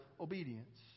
obedience